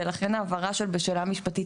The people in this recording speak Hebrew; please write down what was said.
ולכן ההבהרה בשאלה משפטית,